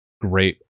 great